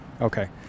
Okay